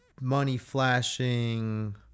money-flashing